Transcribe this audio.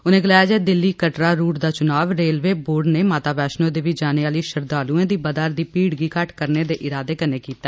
उनें गलाया जे दिल्ली कटड़ा रूअ दा चुनाव रेलवे बोर्ड नै माता वैष्णो देवी जाने आले श्रद्वालुए दी बधा'रदी भीड़ गी घट्ट करने दे इरादे कन्नै कीता